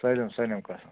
سٲلِم سٲلِم قٕسٕم